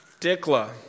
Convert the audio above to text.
Dikla